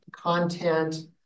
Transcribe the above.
content